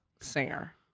singer